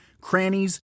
crannies